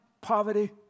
poverty